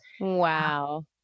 Wow